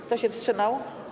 Kto się wstrzymał?